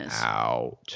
out